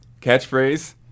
catchphrase